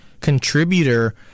contributor